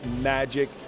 magic